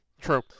true